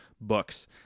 books